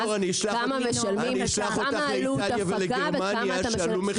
כמה עלות הפקה וכמה אתה משלם.